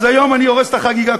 אז היום אני הורס את החגיגה.